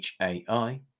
HAI